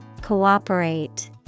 Cooperate